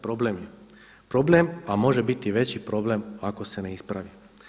Problem je, problem a može biti veći problem ako se ne ispravi.